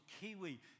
Kiwi